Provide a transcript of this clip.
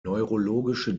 neurologische